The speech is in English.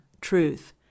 truth